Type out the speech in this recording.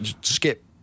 skip